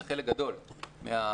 זה חלק גדול מהמרצים.